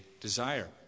desire